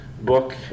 book